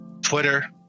Twitter